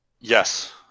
Yes